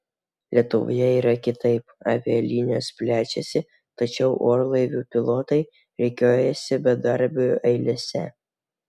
lietuvoje yra kitaip avialinijos plečiasi tačiau orlaivių pilotai rikiuojasi bedarbių eilėse